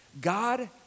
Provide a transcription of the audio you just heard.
God